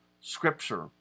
Scripture